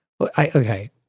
okay